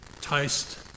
taste